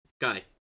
guy